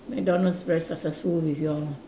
McDonald's very successful with you all